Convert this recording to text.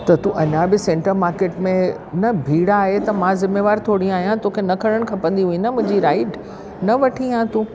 त तूं अञा बि सेंटर मार्केट में न भीड़ आहे त मां ज़िम्मेवार थोरी आहियां तोखे न खणण खपंदी हुई न मुंहिंजी राइड न वठी हां तूं